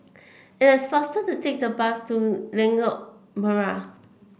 it's faster to take the bus to Lengkok Merak